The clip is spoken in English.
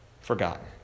forgotten